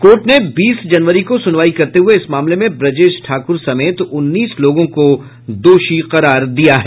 court ने बीस जनवरी को सुनवाई करते हुए इस मामले में ब्रजेश ठाकुर समेत उन्नीस लोगों को दोषी करार दिया था